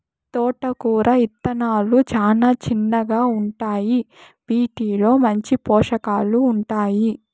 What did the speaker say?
తోటకూర ఇత్తనాలు చానా చిన్నగా ఉంటాయి, వీటిలో మంచి పోషకాలు ఉంటాయి